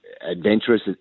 adventurous